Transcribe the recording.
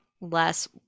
less